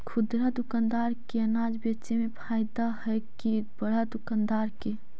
खुदरा दुकानदार के अनाज बेचे में फायदा हैं कि बड़ा दुकानदार के?